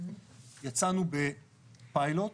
יצאנו בפיילוט.